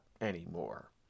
anymore